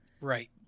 Right